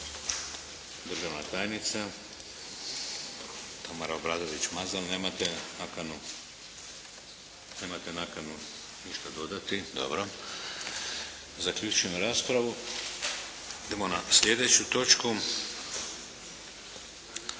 Državna tajnica Tamara Obradović Mazal. Nemate nakanu ništa dodati? Dobro. Zaključujem raspravu. Idemo na sljedeću točku.